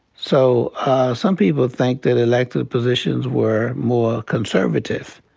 so some people think that elected positions were more conservative.